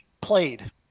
played